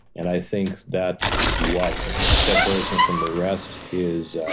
and i think that what separates them from the rest is